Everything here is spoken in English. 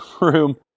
room